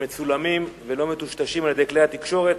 שמצולמים ותמונותיהם מתפרסמות ללא טשטוש על-ידי כלי התקשורת.